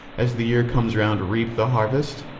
as the year comes round, reap the harvest?